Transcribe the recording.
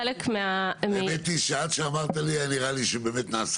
יש לנו כמה שכנים שכבר קנו